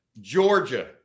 Georgia